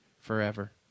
forever